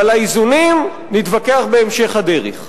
ועל האיזונים נתווכח בהמשך הדרך.